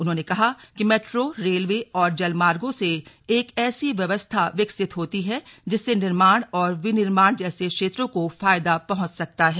उन्होंने कहा कि मैट्रो रेलवे और जलमार्गो से एक ऐसी व्यवस्था विकसित होती है जिससे निर्माण और विनिर्माण जैसे क्षेत्रों को फायदा पहुंच सकता है